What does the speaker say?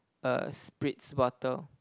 err spritz bottle